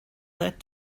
that